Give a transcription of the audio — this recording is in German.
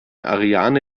ariane